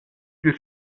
pil